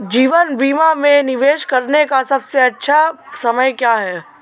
जीवन बीमा में निवेश करने का सबसे अच्छा समय क्या है?